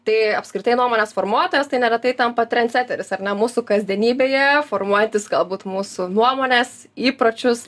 tai apskritai nuomonės formuotojas tai neretai tampa trendseteris ar ne mūsų kasdienybėje formuojantis galbūt mūsų nuomones įpročius